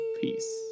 Peace